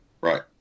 Right